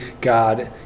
God